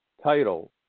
title